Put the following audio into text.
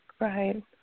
Right